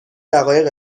دقایق